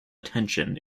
attention